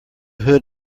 hood